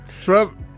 Trump